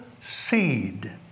seed